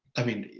i mean,